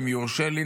אם יורשה לי,